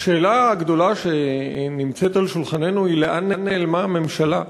השאלה הגדולה שנמצאת על שולחננו היא לאן נעלמה הממשלה,